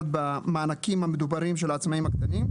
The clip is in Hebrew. במענקים המדוברים של העצמאים הקטנים,